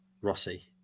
Rossi